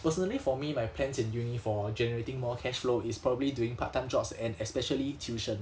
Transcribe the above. personally for me my plans in uni for generating more cash flow is probably doing part-time jobs and especially tuition